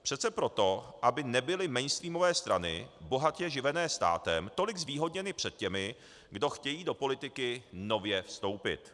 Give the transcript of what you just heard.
Přece proto, aby nebyly mainstreamové strany bohatě živené státem tolik zvýhodněny před těmi, kdo chtějí do politiky nově vstoupit.